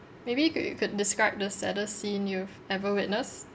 maybe you could you could describe the saddest scene you've ever witnessed